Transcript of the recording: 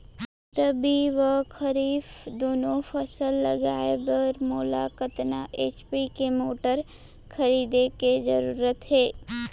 रबि व खरीफ दुनो फसल लगाए बर मोला कतना एच.पी के मोटर खरीदे के जरूरत हे?